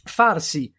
farsi